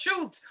shoot